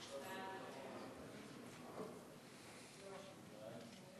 הודעת הממשלה על רצונה להחיל דין